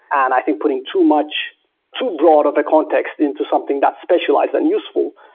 and i think putting too much too broad of a context into something that's specialized and useful,